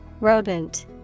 rodent